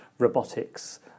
robotics